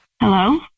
Hello